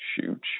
Shoot